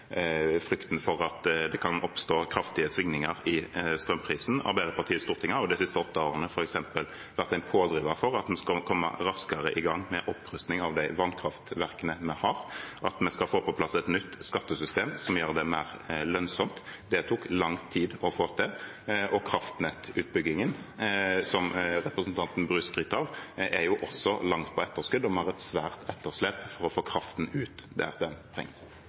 frykten for at det kan oppstå kraftige svingninger i strømprisen. Arbeiderpartiet har i Stortinget de siste åtte årene f.eks. vært en pådriver for at en skal komme raskere i gang med opprusting av de vannkraftverkene vi har, og at vi skal få på plass et nytt skattesystem som gjør det mer lønnsomt. Det tok det lang tid å få til. Kraftnettutbyggingen, som representanten Bru skryter av, er også langt på etterskudd, og vi har et svært etterslep for å få kraften ut der den trengs.